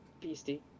beastie